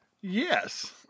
Yes